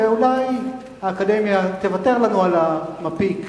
ואולי האקדמיה תוותר לנו על המפיק,